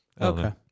okay